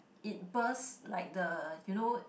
it bursts like the you know